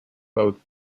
both